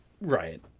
Right